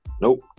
Nope